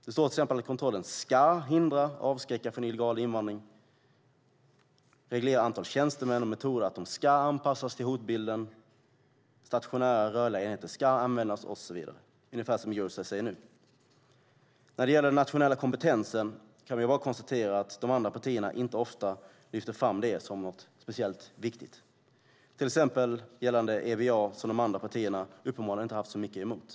Det står till exempel att kontrollen ska hindra och avskräcka från illegal invandring. Man reglerar antalet tjänstemän och att metoder ska anpassas till hotbilden, att stationära och rörliga enheter ska användas och så vidare. Det är ungefär som Eurosur säger nu. När det gäller den nationella kompetensen kan man bara konstatera att de andra partierna inte ofta lyfter fram det som något särskilt viktigt. Så är det till exempel med EBA, som de andra partierna uppenbarligen inte haft så mycket emot.